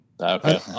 Okay